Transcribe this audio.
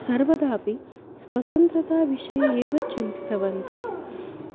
सर्वदापि स्वतन्त्रताविषये एव चिन्तितवन्तः